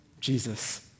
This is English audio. Jesus